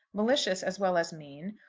malicious as well as mean,